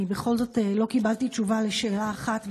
אני בכל זאת לא קיבלתי תשובה על שאלה אחת,